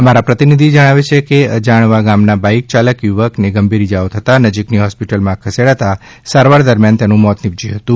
અમારા પ્રતિનિધિ જણાવે છે કે અજાણવા ગામના બાઈક ચાલક યુવકને ગંભીર ઈજાઓ થતા નજીકની હોસ્પિટલમાં ખસેડાતા સારવાર દરમ્યાન મોત નિપજયુ હતું